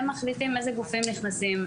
הם מחליטים איזה גופים נכנסים.